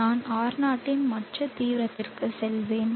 நான் R0 இன் மற்ற தீவிரத்திற்கு செல்வேன்